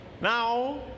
Now